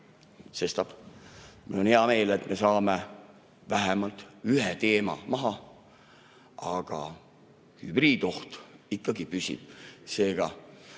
mul on hea meel, et me saame vähemalt ühe teema maha. Aga hübriidoht ikkagi püsib.